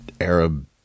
Arab